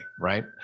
right